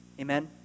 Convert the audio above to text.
Amen